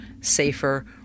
safer